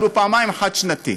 אבל הוא פעמיים חד-שנתי.